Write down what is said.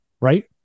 right